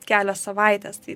kelios savaitės tai